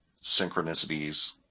synchronicities